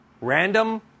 random